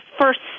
first